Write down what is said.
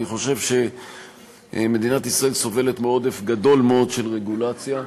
אני חושב שמדינת ישראל סובלת מעודף גדול מאוד של רגולציה.